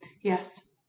Yes